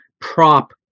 prop